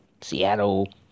Seattle